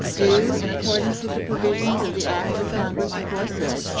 do, in accordance with the provisions of the act of congress aforesaid,